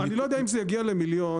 אני לא יודע אם זה יגיע ל- 1 מיליון,